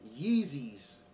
Yeezys